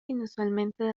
inusualmente